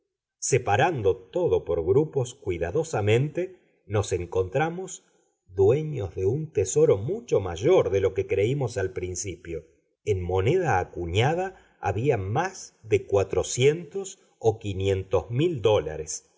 separando todo por grupos cuidadosamente nos encontramos dueños de un tesoro mucho mayor de lo que creímos al principio en moneda acuñada había más de cuatrocientos o quinientos mil dólares